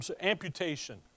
amputation